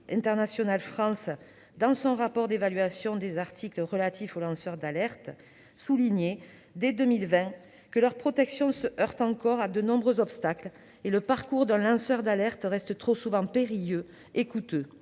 soulignait dès 2020, dans son rapport d'évaluation des articles relatifs aux lanceurs d'alerte, que « leur protection se heurte encore à de nombreux obstacles et [que] le parcours d'un lanceur d'alerte reste trop souvent périlleux et coûteux